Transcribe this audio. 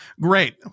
Great